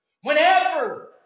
whenever